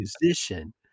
musician